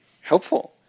helpful